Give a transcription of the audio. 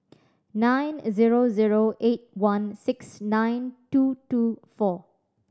nine zero zero eight one six nine two two four